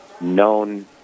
known